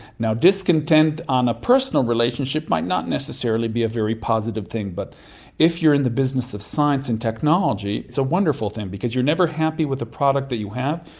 now, discontent on a personal relationship might not necessarily be a very positive thing, but if you are in the business of science and technology, it's a wonderful thing because you are never happy with the product that you have,